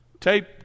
Tape